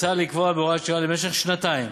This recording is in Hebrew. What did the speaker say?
בהתאם לכך מוצע לקבוע בהוראת שעה למשך שנתיים